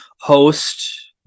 Host